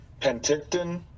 penticton